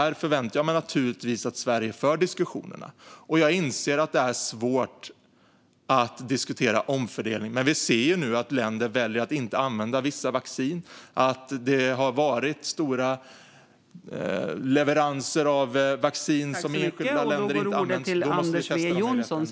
Där förväntar jag mig naturligtvis att Sverige för diskussioner. Jag inser att det är svårt att diskutera omfördelning. Men vi ser nu att länder väljer att inte använda vissa vacciner och att det har varit stora leveranser av vaccin som enskilda länder inte har använt.